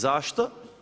Zašto?